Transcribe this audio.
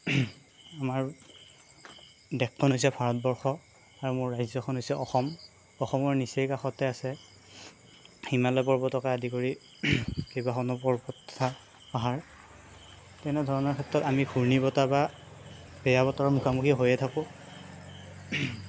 আমাৰ দেশখন হৈছে ভাৰতবৰ্ষ আৰু মোৰ ৰাজ্যখন হৈছে অসম অসমৰ নিচেই কাষতে আছে হিমালয় পৰ্বতকে আদি কৰি কেইবাখনো পৰ্বত তথা পাহাৰ তেনেধৰণৰ ক্ষেত্ৰত আমি ঘূৰ্ণিবতাহ বা বেয়া বতৰৰ মুখামুখি হৈয়ে থাকোঁ